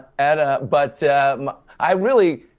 and but i really,